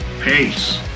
Peace